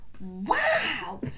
wow